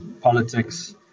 politics